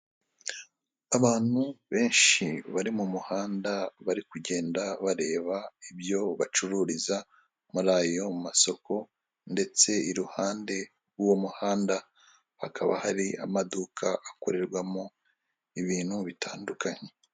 Abantu benshi bari mu muhanda bari kugenda bareba ibyo bacururiza muri ayo masoko ndetse iruhande rw'uwo muhanda hakaba hari amaduka akorerwamo ibintu bitandukanye.